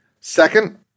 Second